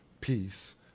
peace